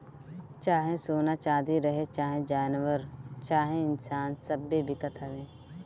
चाहे सोना चाँदी रहे, चाहे जानवर चाहे इन्सान सब्बे बिकत हवे